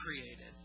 created